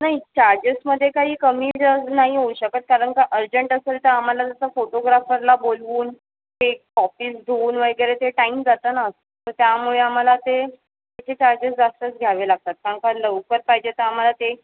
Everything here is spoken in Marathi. नाही चार्जेसमध्ये काही कमीजास्त नाही होऊ शकत कारण का अर्जंट असेल तर आम्हाला जसं फोटोग्राफरला बोलवून ते कॉपीज धुवून वगैरे ते टाईम जातं ना तर त्यामुळे आम्हाला ते त्याचे चार्जेस जास्तच घ्यावे लागतात कारण का लवकर पाहिजे तर आम्हाला ते